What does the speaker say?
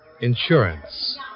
Insurance